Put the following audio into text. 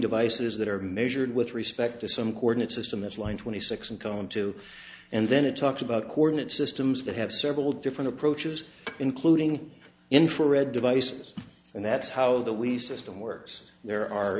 devices that are measured with respect to some coordinate system as line twenty six in column two and then it talks about coordinate systems that have several different approaches including infrared devices and that's how the we system works there are